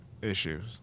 issues